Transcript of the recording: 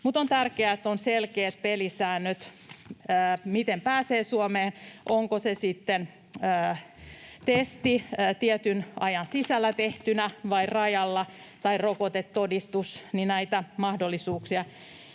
mutta on tärkeää, että on selkeät pelisäännöt, miten pääsee Suomeen. Onko se sitten testi tietyn ajan sisällä tehtynä vai rajalla tai rokotetodistus — näitä mahdollisuuksia